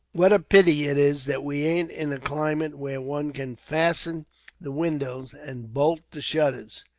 what a pity it is that we ain't in a climate where one can fasten the windows, and boult the shutters!